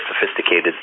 sophisticated